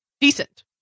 decent